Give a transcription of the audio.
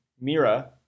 Mira